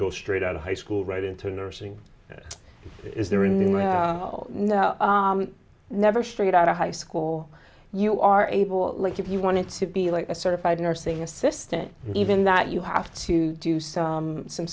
go straight out of high school right into nursing is there in no never straight out of high school you are able like if you wanted to be like a certified nursing assistant even that you have to do so some